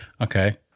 Okay